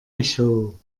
echo